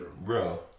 Bro